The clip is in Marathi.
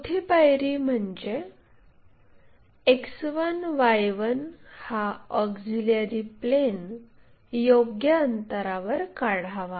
चौथी पायरी X1 Y1 हा ऑक्झिलिअरी प्लेन योग्य अंतरावर काढावा